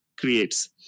creates